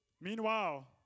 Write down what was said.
meanwhile